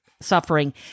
suffering